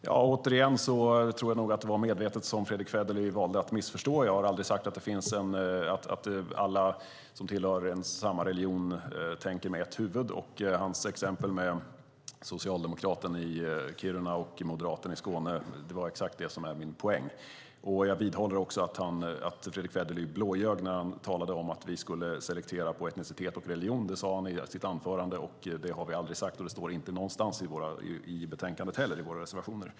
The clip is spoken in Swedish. Fru talman! Jag tror återigen att det var medvetet som Fredrick Federley valde att missförstå. Jag har aldrig sagt att alla som tillhör samma religion tänker med ett huvud. Hans exempel med socialdemokraten i Kiruna och moderaten i Vällingby visade exakt det som var min poäng. Jag vidhåller också att Fredrick Federley blåljög när han talade om att vi skulle selektera efter etnicitet och religion. Det sade han i sitt anförande. Det har vi aldrig sagt, och det står inte någonstans i våra reservationer i betänkandet heller.